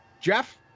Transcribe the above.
Jeff